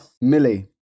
Millie